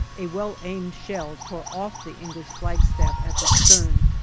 a well-aimed shell tore off the english flagstaff at the stern,